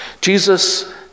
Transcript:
Jesus